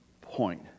point